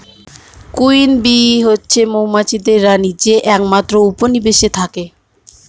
queen bee হচ্ছে মৌমাছিদের রানী যে একমাত্র উপনিবেশে থাকে